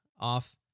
off